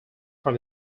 from